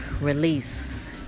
release